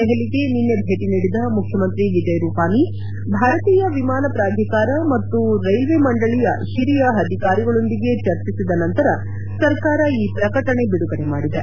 ದೆಹಲಿಗೆ ನಿನ್ನೆ ಭೇಟಿ ನೀಡಿದ ಮುಖ್ಯಮಂತ್ರಿ ವಿಜಯ್ ರೂಪಾನಿ ಭಾರತೀಯ ವಿಮಾನ ಪ್ರಾಧಿಕಾರ ಮತ್ತು ರೈಲ್ವೇ ಮಂಡಳಿಯ ಹಿರಿಯ ಅಧಿಕಾರಿಗಳೊಂದಿಗೆ ಚರ್ಚಿಸಿದ ನಂತರ ಸರ್ಕಾರ ಈ ಪ್ರಕಟಣೆ ಬಿದುಗಡೆ ಮಾಡಿದೆ